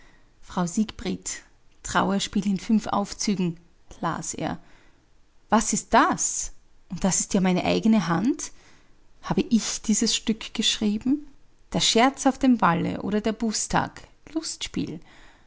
frau sigbrith trauerspiel in fünf aufzügen las er was ist das und das ist ja meine eigene hand habe ich dieses stück geschrieben der scherz auf dem walle oder der bußtag lustspiel